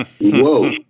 Whoa